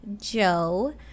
Joe